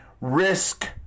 risk